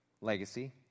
legacy